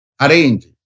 arrange